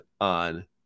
on